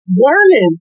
learning